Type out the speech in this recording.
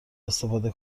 استفاده